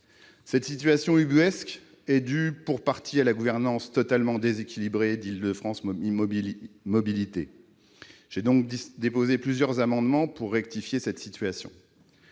Cette situation ubuesque est due, pour partie, à la gouvernance totalement déséquilibrée d'Île-de-France Mobilités. J'ai donc déposé plusieurs amendements pour rectifier cette situation.